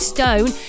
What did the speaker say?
Stone